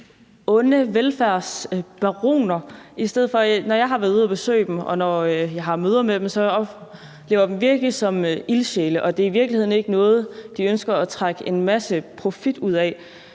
onde velfærdsbaroner, men når jeg er ude at besøge dem og har møder med dem, oplever jeg dem virkelig som ildsjæle, og det er i virkeligheden ikke noget, de ønsker at trække en masse profit ud af.